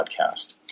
podcast